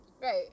Right